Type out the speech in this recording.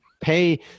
pay